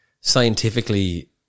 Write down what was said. scientifically